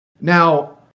Now